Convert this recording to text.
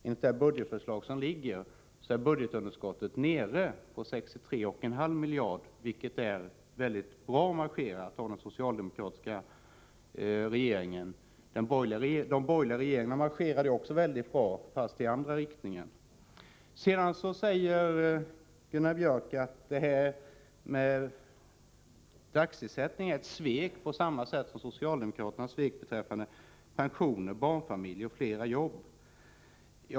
Enligt det framlagda budgetförslaget är budgetunderskottet nere på 63,5 miljarder, vilket är mycket bra marscherat av den socialdemokratiska regeringen. De borgerliga regeringarna marscherade också mycket bra, men i den andra riktningen. Sedan säger Gunnar Björk att dagsersättningen innebär ett svek på samma sätt som när socialdemokraterna svek beträffande pensionerna, barnfamiljerna och flera jobb.